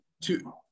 two